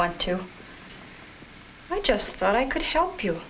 want to i just thought i could help you